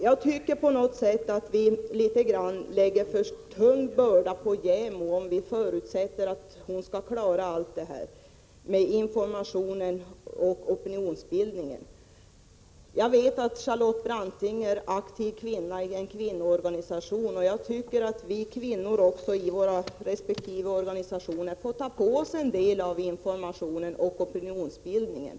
Jag tycker att vi lägger en för tung börda på JämO, om vi förutsätter att man där skall klara av den information och opinionsbildning som här har nämnts. Jag vet att Charlotte Branting är aktiv i en kvinnoorganisation, och jag tycker också att vi kvinnor i våra resp. organisationer får ta på oss en del av informationsarbetet och opinionsbildningen.